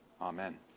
Amen